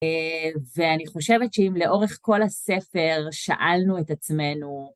ואני חושבת שאם לאורך כל הספר שאלנו את עצמנו...